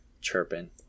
chirping